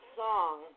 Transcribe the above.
song